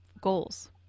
goals